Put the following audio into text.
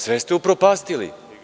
Sve ste upropastili.